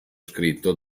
scritto